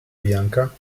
bianca